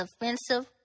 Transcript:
offensive